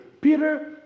Peter